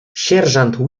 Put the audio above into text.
sierżant